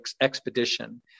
expedition